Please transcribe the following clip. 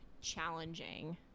challenging